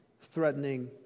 threatening